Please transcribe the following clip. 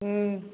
हूँ